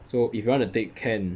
so if you want to take can